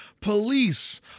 police